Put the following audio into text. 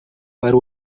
para